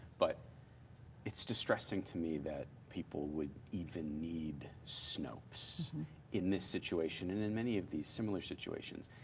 but it's distressing to me that people would even need snopes in this situation and in many of these similar situations.